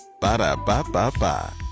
Ba-da-ba-ba-ba